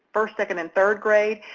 first, second, and third grade,